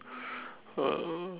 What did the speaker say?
uh